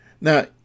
Now